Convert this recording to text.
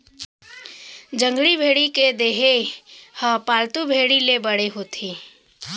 जंगली भेड़ी के देहे ह पालतू भेड़ी ले बड़े होथे